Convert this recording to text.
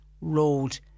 road